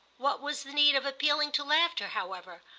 what was the need of appealing to laughter, however,